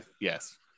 yes